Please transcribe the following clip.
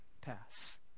pass